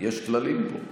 יש כללים פה.